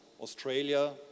Australia